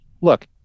look